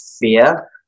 fear